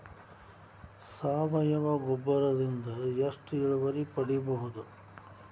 ಸಾವಯವ ಗೊಬ್ಬರದಿಂದ ಎಷ್ಟ ಇಳುವರಿ ಪಡಿಬಹುದ?